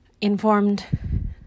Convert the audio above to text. informed